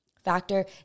Factor